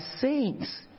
saints